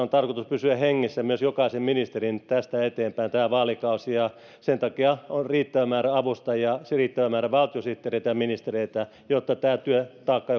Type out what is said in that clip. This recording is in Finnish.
on tarkoitus pysyä hengissä myös jokaisen ministerin tästä eteenpäin tämä vaalikausi ja sen takia on riittävä määrä avustajia riittävä määrä valtiosihteereitä ja ministereitä jotta tämä työtaakka